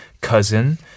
cousin